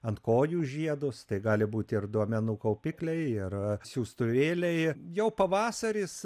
ant kojų žiedus tai gali būti ir duomenų kaupikliai ir siųstuvėliai jau pavasaris